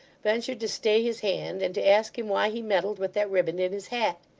ventured to stay his hand, and to ask him why he meddled with that riband in his hat.